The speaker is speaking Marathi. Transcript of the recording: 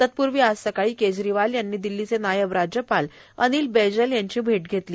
तत्पूर्वी आज सकाळी केजरीवाल यांनी दिल्लीचे नायव राज्यपाल अनिल बैजल यांची भेट घेतली